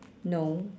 no